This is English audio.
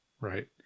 right